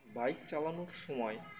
bike চালানোর সময়